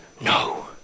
No